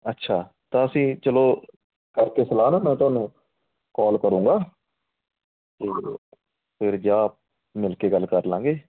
ਅੱਛਾ ਤਾਂ ਅਸੀਂ ਚਲੋ ਕਰਕੇ ਸਲਾਹ ਨਾ ਮੈਂ ਤੁਹਾਨੂੰ ਕੋਲ ਕਰੂੰਗਾ ਅਤੇ ਫਿਰ ਜਾ ਮਿਲ ਕੇ ਗੱਲ ਕਰ ਲਾਂਗੇ